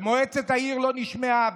ומועצת העיר לא נשמעה,